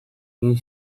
egin